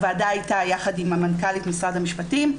הוועדה הייתה יחד עם מנכ"לית משרד המשפטים,